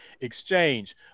exchange